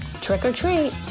Trick-or-treat